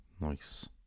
Nice